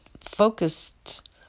focused